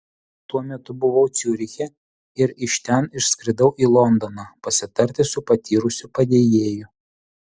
tuo metu buvau ciuriche ir iš ten išskridau į londoną pasitarti su patyrusiu padėjėju